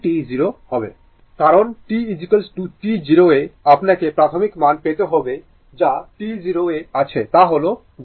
কারণ t t 0 এ আপনাকে প্রাথমিক মান পেতে হবে যা t 0 এ আছে তা হল 0